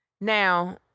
now